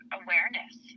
awareness